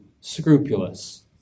scrupulous